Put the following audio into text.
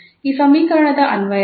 ಈ ಸಮೀಕರಣದ ಅನ್ವಯಗಳು